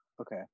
okay